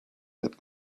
that